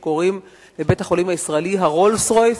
שקוראים לבית-החולים הישראלי ה"רולס רויס"